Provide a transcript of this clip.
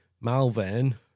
Malvern